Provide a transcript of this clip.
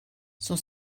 son